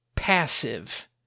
passive